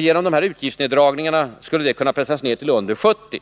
Genom utgiftsneddragningar skulle det kunna pressas ner till under 70 miljarder.